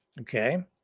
Okay